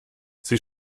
sie